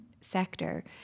sector